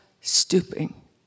stooping